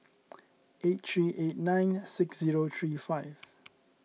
eight three eight nine six zero three five